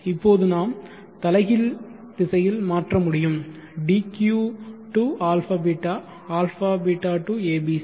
இப்போது நாம் தலைகீழ் திசையில் மாற்ற முடியும்dq to α ß α ß to abc